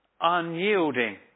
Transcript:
unyielding